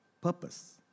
purpose